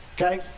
Okay